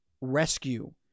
Rescue